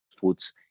foods